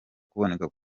kuboneka